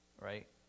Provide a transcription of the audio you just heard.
Right